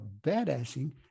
badassing